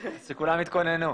אז שכולם יתכוננו.